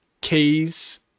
keys